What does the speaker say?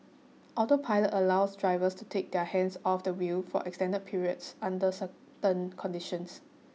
autopilot allows drivers to take their hands off the wheel for extended periods under certain conditions